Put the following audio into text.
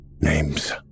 Name's